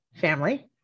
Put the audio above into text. family